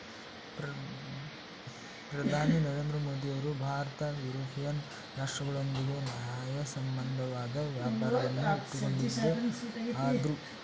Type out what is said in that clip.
ಪ್ರಧಾನಿ ನರೇಂದ್ರ ಮೋದಿಯವರು ಭಾರತ ಯುರೋಪಿಯನ್ ರಾಷ್ಟ್ರಗಳೊಂದಿಗೆ ನ್ಯಾಯಸಮ್ಮತವಾದ ವ್ಯಾಪಾರವನ್ನು ಇಟ್ಟುಕೊಂಡಿದೆ ಅಂದ್ರು